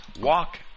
Walk